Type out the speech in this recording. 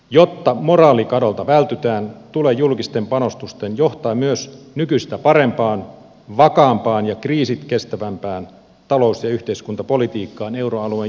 jotta moraalikadolta vältytään tulee julkisten panostusten johtaa myös nykyistä parempaan vakaampaan ja kriisit kestävämpään talous ja yhteiskuntapolitiikkaan euroalueen jäsenmaissa